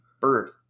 birth